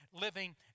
living